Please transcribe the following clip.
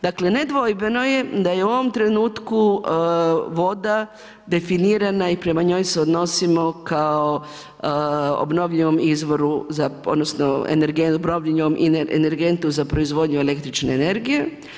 Dakle, nedvojbeno je da je u ovom trenutku voda definirana i prema njoj se odnosimo kao obnovljivom izvoru odnosno obnovljenom energentu za proizvodnju električne energije.